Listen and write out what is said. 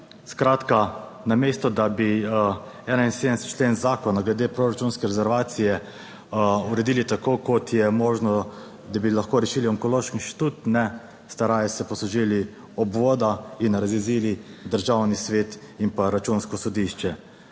Skratka, namesto, da bi 71. člen zakona glede proračunske rezervacije uredili tako, kot je možno, da bi lahko rešili Onkološki inštitut, ne, ste raje se poslužili obvoda in razjezili Državni svet in pa Računsko sodišče.